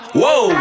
whoa